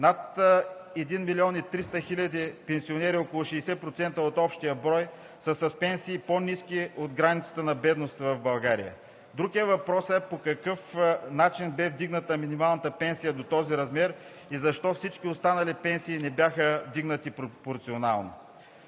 над 1 милион и 300 хиляди пенсионери – около 60% от общия брой, са с пенсии по ниски от границата на бедност в България. Друг е въпросът по какъв начин бе вдигната минималната пенсия до този размер и защо всички останали пенсии не бяха вдигнати пропорционално.